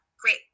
Great